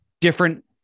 different